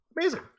Amazing